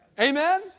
Amen